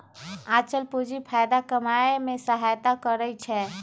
आंचल पूंजी फयदा कमाय में सहयता करइ छै